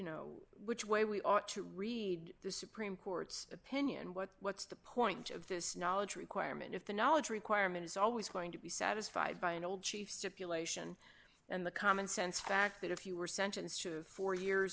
know which way we ought to read the supreme court's opinion what what's the point of this knowledge requirement if the knowledge requirement is always going to be satisfied by an old chief stipulation and the commonsense fact that if you were